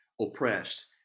oppressed